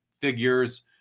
figures